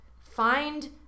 find